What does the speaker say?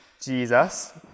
Jesus